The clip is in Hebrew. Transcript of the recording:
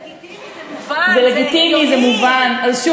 זה לגיטימי, זה מובן, זה הגיוני.